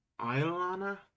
Iolana